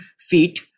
feet